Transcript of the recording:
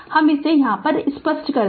तो इसे हम स्पष्ट कर दे